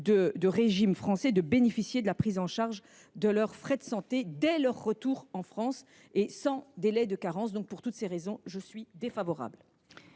d’un régime français puissent bénéficier de la prise en charge de leurs frais de santé dès leur retour en France et sans délai de carence. Pour toutes ces raisons, le Gouvernement